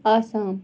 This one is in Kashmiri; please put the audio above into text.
آسام